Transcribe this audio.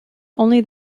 only